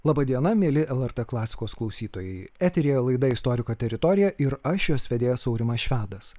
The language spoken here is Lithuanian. laba diena mieli lrt klasikos klausytojai eteryje laida istoriko teritorija ir aš jos vedėjas aurimas švedas